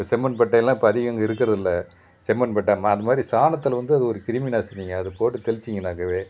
இப்போ செம்மண் பட்டையெல்லாம் இப்போ அதிகம் இங்கே இருக்கிறதில்ல செம்மண் பட்டை அந்தமாதிரி சாணத்தில் வந்து அது ஒரு கிருமி நாசினிங்க அதை போட்டு தெளிச்சிங்கனாலே